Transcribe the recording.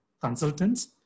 consultants